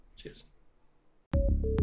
cheers